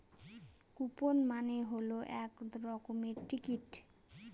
coupon মানে হল এক রকমের টিকিট